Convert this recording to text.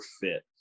fit